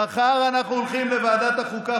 מחר אנחנו הולכים לוועדת החוקה,